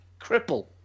cripple